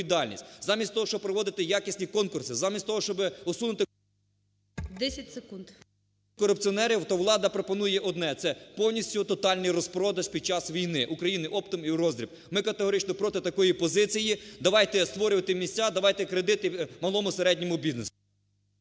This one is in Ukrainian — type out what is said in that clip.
Замість того, щоб проводити якісні конкурси, замість того, щоб усунути… ГОЛОВУЮЧИЙ. 10 секунд. ГОЛОВКО М.Й. …корупціонерів, то влада пропонує одне, це повністю тотальний розпродаж під час війни України оптом і в роздріб. Ми категорично проти такої позиції. Давайте створювати місця. Давайте кредити малому і середньому бізнесу.